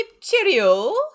cheerio